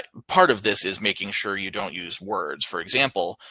part of this is making sure you don't use words. for example,